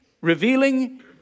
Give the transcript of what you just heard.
revealing